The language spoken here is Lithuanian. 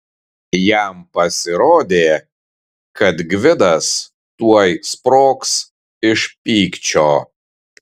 jam pasirodė kad gvidas tuoj sprogs iš pykčio